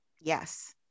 Yes